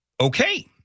okay